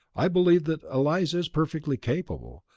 i believe that eliza is perfectly capable,